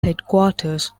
headquarters